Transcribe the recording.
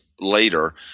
later